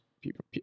people